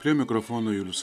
prie mikrofono julius